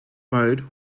mode